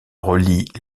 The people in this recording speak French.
relie